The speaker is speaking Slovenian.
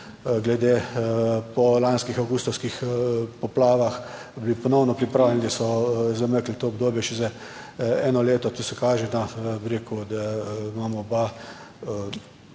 glede po lanskih avgustovskih poplavah bili ponovno pripravljeni, da so zamaknili to obdobje še za eno leto. To se kaže, da bi rekel, da imamo oba